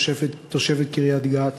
תושבת קריית-גת,